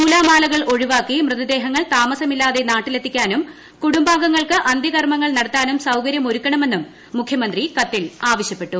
നൂലാമാലകൾ ഒഴിവാക്കി മൃതദേഹങ്ങൾ താമസമില്ലാതെ നാട്ടിലെത്തിക്കാനും കുടുംബാംഗങ്ങൾക്ക് അന്ത്യകർമങ്ങൾ നടത്താനും സൌകര്യമൊരുക്കണമെന്നും മുഖ്യമന്ത്രി കത്തിൽ ആവശ്യപ്പെട്ടു